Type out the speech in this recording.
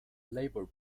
labour